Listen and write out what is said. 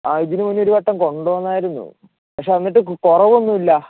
അ ഇതിനുമുന്നെ ഒരുവട്ടം കൊണ്ടു വന്നായിരുന്നു പക്ഷെ എന്നിട്ടും കുറവൊന്നുമില്ല